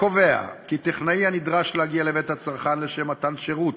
קובע כי טכנאי הנדרש להגיע לבית הצרכן לשם מתן שירות